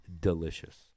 delicious